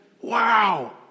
Wow